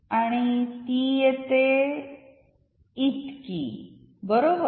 आणि ती येते इतकी बरोबर